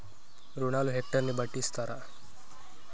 రుణాలు హెక్టర్ ని బట్టి ఇస్తారా?